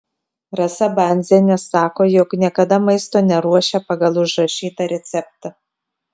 rasa bandzienė sako jog niekada maisto neruošia pagal užrašytą receptą